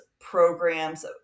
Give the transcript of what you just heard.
programs